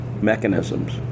mechanisms